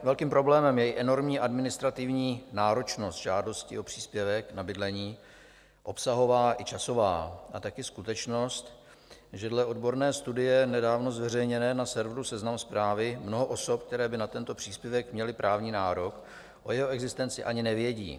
Velkým problémem je i enormní administrativní náročnost žádosti o příspěvek na bydlení, obsahová i časová, a taky skutečnost, že dle odborné studie nedávno zveřejněné na serveru Seznam Zprávy mnoho osob, které by na tento příspěvek měly právní nárok, o jeho existenci ani nevědí.